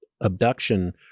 abduction